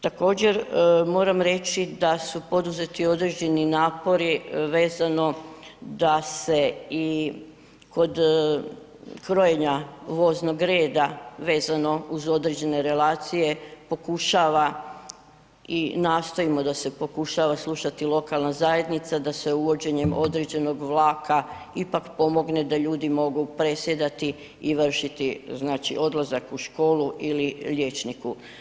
Također moram reći da su poduzeti određeni napori vezano da se i kod krojenja voznog reda vezano uz određeno relacije pokušava i nastojimo da se pokušava slušati lokalna zajednica, da se uvođenjem određenog vlaka ipak pomogne da ljudi mogu presjedati i vršiti znači odlazak u školu ili liječniku.